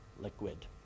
liquid